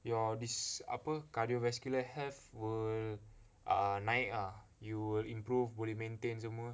your this apa cardiovascular health will err naik ah you will improve boleh maintain semua